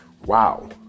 Wow